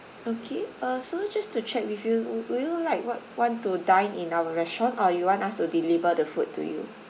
okay uh so just to check with you would would you like want want to dine in our restaurant or you want us to deliver the food to you